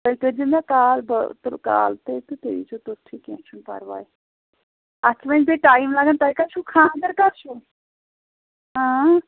تُہۍ کٔرۍزیو مےٚ کال بہٕ تُلہٕ کال تۄہہِ تہٕ تُہۍ ییٖزیو توٚتھُے کیٚنٛہہ چھُنہٕ پرواے اَتھ چھُ وۄنۍ بیٚیہِ ٹایِم لَگان تۄہہِ کَر چھُو خانٛدر کَر چھُو